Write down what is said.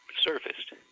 surfaced